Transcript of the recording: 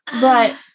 But-